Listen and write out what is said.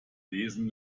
lesen